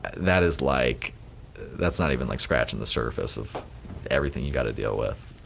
that is like that's not even like scratching the surface of everything you gotta deal with.